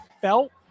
felt